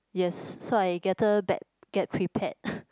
yes so I better get prepared